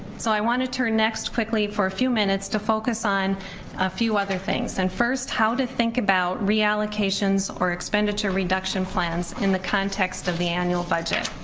so i wanna turn next, quickly, for a few minutes, to focus on a few other things and first, how to think about reallocations or expenditure reduction plans in the context of the annual budget.